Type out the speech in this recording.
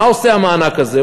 מה עושה המענק הזה?